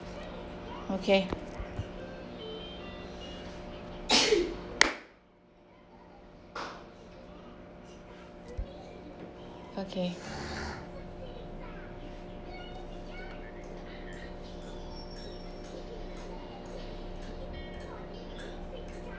okay okay